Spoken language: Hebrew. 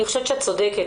אני חושבת שאת צודקת,